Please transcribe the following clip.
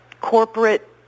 corporate